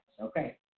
Okay